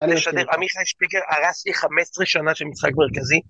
אני אשתף: עמיחי שפיגלר הרס לי 15 שנה של משחק מרכזי